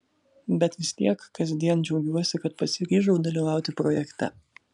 bet vis tiek kasdien džiaugiuosi kad pasiryžau dalyvauti projekte